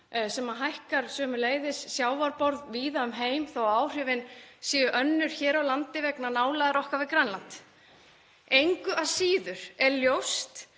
sem hækkar sömuleiðis sjávarborð víða um heim þó að áhrifin séu önnur hér á landi vegna nálægðar okkar við Grænland. Engu að síður er ljóst